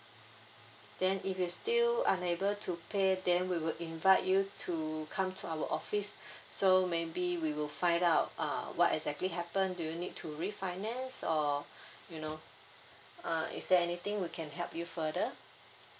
then if you still unable to pay then we would invite you to come to our office so maybe we will find out uh what exactly happened do you need to refinance or you know uh is there anything we can help you further